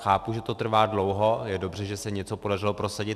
Chápu, že to trvá dlouho, je dobře, že se něco podařilo prosadit.